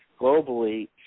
globally